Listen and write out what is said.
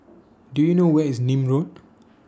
Do YOU know Where IS Nim Road